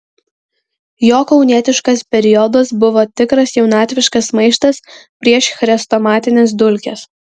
jo kaunietiškas periodas buvo tikras jaunatviškas maištas prieš chrestomatines dulkes